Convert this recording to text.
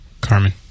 Carmen